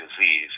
disease